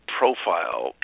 profile